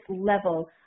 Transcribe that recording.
level